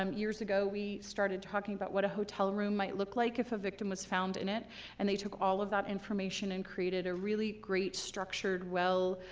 um years ago we started talking about what a hotel room might look like if a victim found in it and they took all of that information and created a really great structured, well,